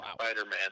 Spider-Man